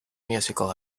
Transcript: musical